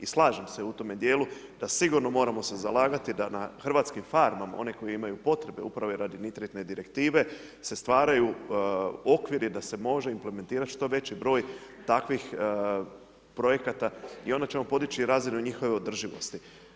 I slažem se u tome dijelu, da sigurno moramo se zalagati, da na hrvatskim farmama, oni koji imaju potporu upravo radi nitritne direktive se stvaraju okviri da se može implementirati što veći broj takvih projekata i onda ćemo podići razinu njihovu održivosti.